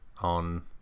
on